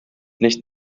nicht